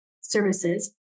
services